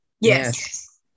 Yes